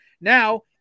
Now